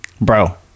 Bro